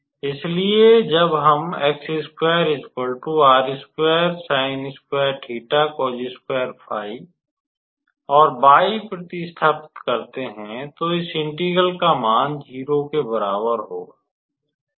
इसलिए जब हम और y प्र्तिस्थापित करते हैं तो इस इंटेग्रल का मान 0 के बराबर होगा